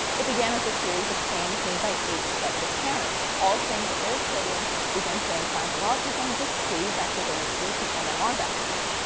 it began as a series of claims made by eight sets of parents, all saying that their children began showing signs of autism just days after they received the mmr vaccine.